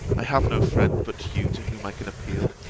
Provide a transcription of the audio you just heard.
i have no friend but you to whom i can appeal,